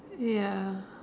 ya